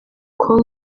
com